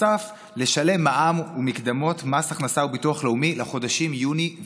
המדינה היא שגרמה לפיטורים המוניים